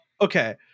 Okay